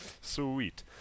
sweet